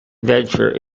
venture